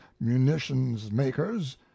munitions-makers